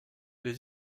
les